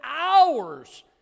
hours